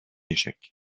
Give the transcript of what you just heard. échec